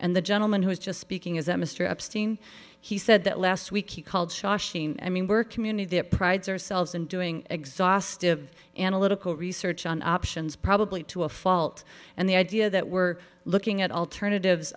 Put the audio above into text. and the gentleman who's just speaking is that mr epstein he said that last week he called shaw sheen i mean we're community that prides ourselves in doing exhaustive analytical research on options probably to a fault and the idea that we're looking at alternatives